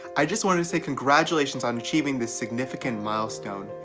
i just wanted to say congratulations on achieving this significant milestone.